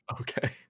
Okay